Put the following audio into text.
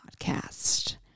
podcast